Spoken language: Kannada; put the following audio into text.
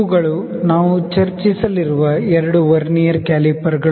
ಇವುಗಳು ನಾವು ಚರ್ಚಿಸಲಿರುವ ಎರಡು ವರ್ನಿಯರ್ ಕ್ಯಾಲಿಪರ್ಗಳು